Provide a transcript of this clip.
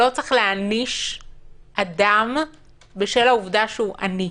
שלא צריך להעניש אדם בשל העובדה שהוא עני.